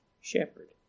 shepherd